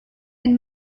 and